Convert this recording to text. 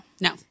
No